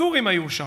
הסורים היו שם.